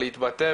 להתבטא,